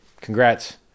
Congrats